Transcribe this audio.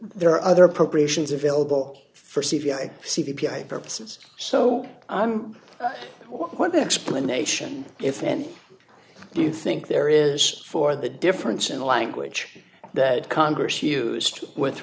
there are other appropriations available for c p i c p i purposes so i'm what the explanation if any do you think there is for the difference in the language that congress used with